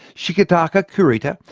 shigetaka kurita,